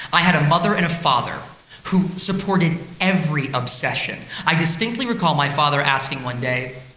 i had mother and father who supported every obsession. i distinctly recall my father asking one day,